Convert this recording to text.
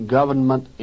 Government